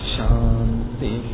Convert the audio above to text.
Shanti